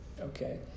okay